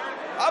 בשוחד.